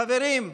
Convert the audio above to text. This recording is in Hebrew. חברים,